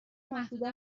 محدوده